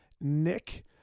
Nick